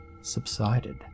subsided